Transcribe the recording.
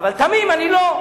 אבל תמים אני לא.